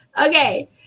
okay